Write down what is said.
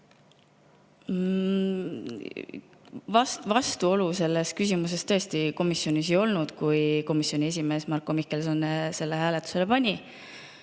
Vastuolu selles küsimuses tõesti komisjonis ei tekkinud, kui komisjoni esimees Marko Mihkelson selle hääletusele pani.